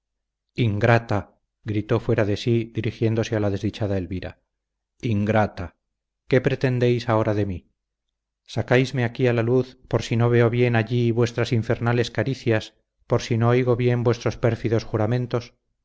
ingrata gritó fuera de sí dirigiéndose a la desdichada elvira ingrata qué pretendéis ahora de mí sacáisme aquí a la luz por si no veo bien allí vuestras infernales caricias por si no oigo bien vuestros pérfidos juramentos